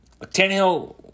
Tannehill